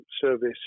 service